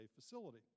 facility